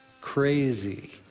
crazy